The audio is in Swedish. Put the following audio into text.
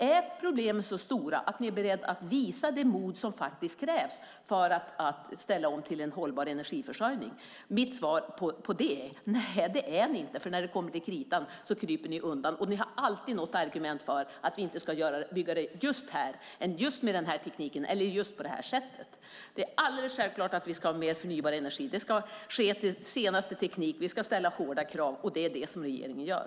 Är problemen så stora att ni är beredda att visa det mod som krävs för att ställa om till en hållbar energiförsörjning? Mitt svar på det är: Nej, det är ni inte, för när det kommer till kritan kryper ni undan. Ni har alltid något argument för att inte bygga just här, inte just med den tekniken eller just på det sättet. Det är alldeles självklart att vi ska ha mer förnybar energi. Det ska ske enligt senaste teknik. Vi ska ställa hårda krav, och det är det regeringen gör.